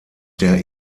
der